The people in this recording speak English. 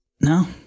no